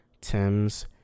Thames